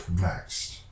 next